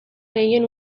gehien